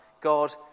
God